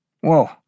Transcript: Whoa